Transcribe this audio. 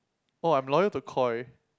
oh I am loyal to Koi